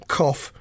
cough